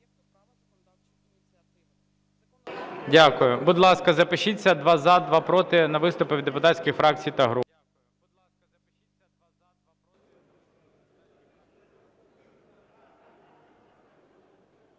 Дякую. Будь ласка, запишіться: два – за, два – проти, на виступи від депутатських фракцій та груп.